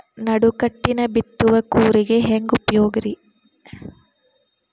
ನಡುಕಟ್ಟಿನ ಬಿತ್ತುವ ಕೂರಿಗೆ ಹೆಂಗ್ ಉಪಯೋಗ ರಿ?